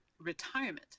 retirement